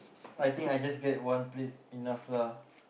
I think I just get one plate enough lah